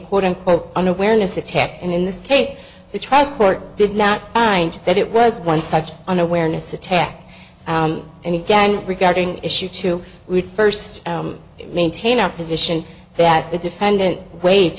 quote unquote unawareness attack and in this case the trial court did not find that it was one such unawareness attack and again regarding issue to read first maintain a position that the defendant wa